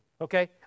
Okay